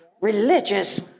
religious